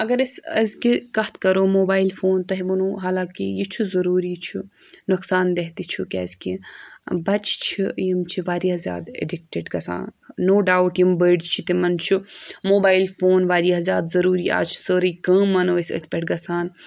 اگر أسۍ أزکہِ کَتھ کَرو موبایِل فون تۄہہِ ووٚنو حالانٛکہِ یہِ چھُ ضٔروٗری چھُ نۄقصَان دہ تہِ چھُ کیازکہِ بَچہِ چھِ یِم چھِ واریاہ زیادٕ ایٚڈِکٹِڈ گژھان نوٚو ڈَاوُٹ یِم بٔڑۍ چھِ تِمَن چھُ موبایِل فون واریاہ زیادٕ ضٔروٗری آز چھِ سٲرٕے کٲم مَانَو ٲسۍ أتھۍ پؠٹھ گژھان